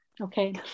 Okay